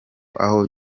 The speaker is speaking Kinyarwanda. aho